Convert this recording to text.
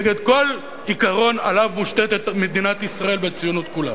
נגד כל עיקרון שעליו מושתתת מדינת ישראל והציונות כולה.